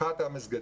האחת, המסגדים.